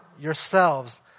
yourselves